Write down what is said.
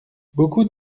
beaucoup